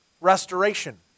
Restoration